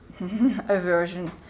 aversion